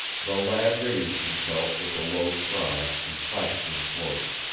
the lad raised himself with a low cry and clasped him close.